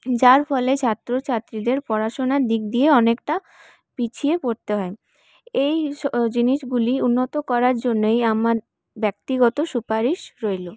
যার ফলে ছাত্রছাত্রীদের পড়াশোনার দিক দিয়ে অনেকটা পিছিয়ে পড়তে হয় এই জিনিসগুলি উন্নত করার জন্যই আমার ব্যক্তিগত সুপারিশ রইলো